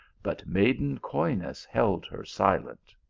but maiden coyness held her silent.